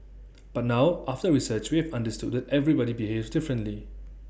but now after research we have understood that everybody behaves differently